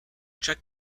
check